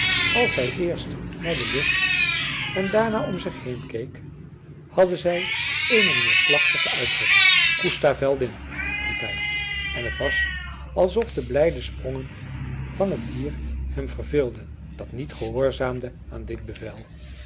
als hij eerst naar de lucht en daarna om zich heen keek hadden zij eene neerslachtige uitdrukking koesta veldin riep hij en het was alsof de blijde sprongen van het dier hem verveelden dat niet gehoorzaamde aan dit bevel